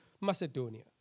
Macedonia